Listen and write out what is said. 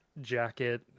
jacket